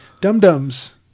dum-dums